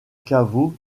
caveau